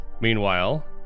Meanwhile